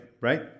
Right